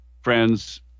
friends